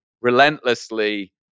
relentlessly